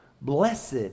Blessed